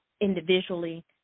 individually